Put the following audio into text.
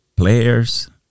players